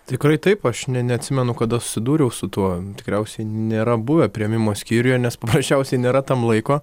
tikrai taip aš ne neatsimenu kada susidūriau su tuo tikriausiai nėra buvę priėmimo skyriuje nes paprasčiausiai nėra tam laiko